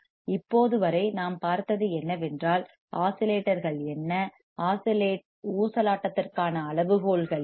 இப்போது வரை நாம் பார்த்தது என்னவென்றால் ஆஸிலேட்டர்கள் என்ன ஊசலாட்டத்திற்கான ஆஸிலேஷன் அளவுகோல்கள் என்ன